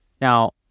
Now